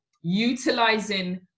utilizing